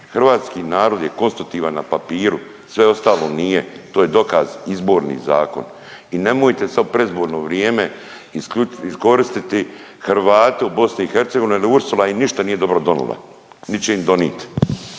Hrvatski narod je konstitutivan na papiru, sve ostalo nije to je dokaz izborni zakon. I nemojte sad predizborno vrijeme iskoristiti Hrvate u BiH jer Ursula im ništa nije dobro donila nit će im donit.